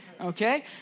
Okay